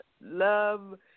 love